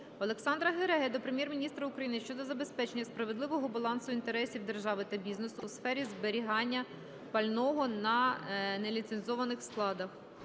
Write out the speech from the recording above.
Олександра Гереги до Прем'єр-міністра України щодо забезпечення справедливого балансу інтересів держави та бізнесу у сфері зберігання пального на неліцензованих складах.